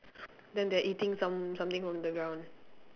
then they are eating some something from the ground